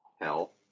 Hell